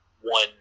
one